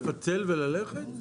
(הישיבה נפסקה בשעה 19:00 ונתחדשה בשעה 19:45.)